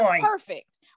Perfect